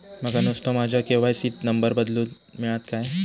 माका नुस्तो माझ्या के.वाय.सी त नंबर बदलून मिलात काय?